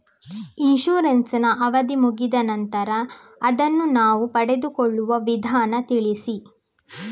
Insurance ನ ಅವಧಿ ಮುಗಿದ ನಂತರ ಅದನ್ನು ನಾವು ಪಡೆದುಕೊಳ್ಳುವ ವಿಧಾನ ತಿಳಿಸಿ?